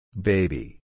Baby